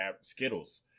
Skittles